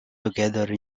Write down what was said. together